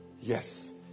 Yes